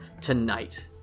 tonight